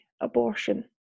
abortion